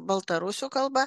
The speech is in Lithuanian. baltarusių kalba